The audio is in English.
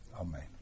Amen